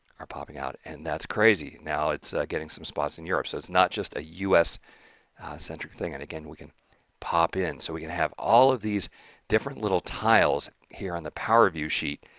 are popping out and that's crazy. now it's getting some spots in europe. so it's not just a us-centric thing and again we can pop in. so we can have all of these different little tiles here on the power view sheet